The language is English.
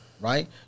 right